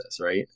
right